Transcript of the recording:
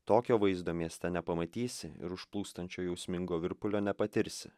tokio vaizdo mieste nepamatysi ir užplūstančio jausmingo virpulio nepatirsi